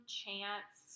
chance